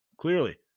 clearly